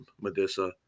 Medusa